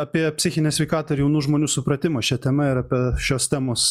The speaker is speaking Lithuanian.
apie psichinę sveikatą ir jaunų žmonių supratimą šia tema ir apie šios temos